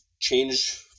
change